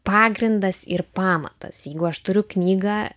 pagrindas ir pamatas jeigu aš turiu knygą